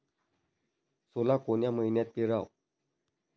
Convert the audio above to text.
सोला कोन्या मइन्यात पेराव?